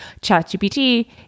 ChatGPT